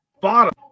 bottom